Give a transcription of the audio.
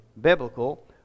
biblical